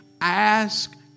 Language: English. ask